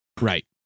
Right